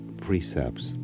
precepts